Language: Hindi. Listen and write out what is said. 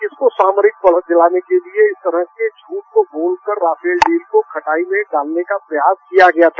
किसको सामरिक पद दिलाने के लिये इस तरह के झूठ को बोलकर राफेल डील को खटाई में डालने का प्रयास किया गया था